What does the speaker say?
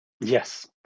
Yes